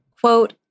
quote